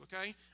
okay